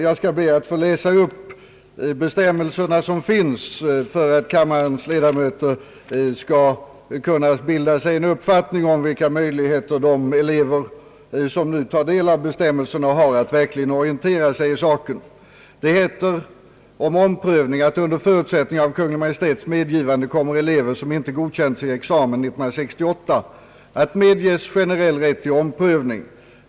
Jag skall be att få läsa upp de bestämmelser som finns så att kammarens ledamöter skall kun na bilda sig en uppfattning om vilka möjligheter de elever, som nu tar del av bestämmelserna, har att verkligen orientera sig i saken. Det heter om omprövning att under förutsättning av Kungl. Maj:ts medgivande kommer elever som inte godkänts i examen 1968 att medges generell rätt till omprövning.